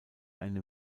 eine